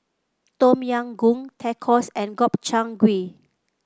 Tom Yam Goong Tacos and Gobchang Gui